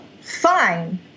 fine